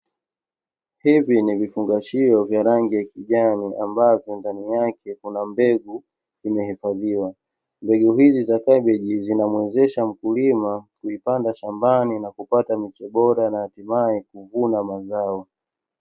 Hivi ni vifungashio vya rangi ya kijani ambavyo ndani yake kuna mbegu zimehifadhiwa, mbegu hizi za kabeji zinamuwezesha mkulima kuipanda shambani, na kupata miche bora na hatimaye kuvuna mazao.